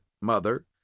mother